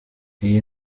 iyi